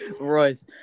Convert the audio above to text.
Royce